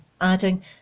adding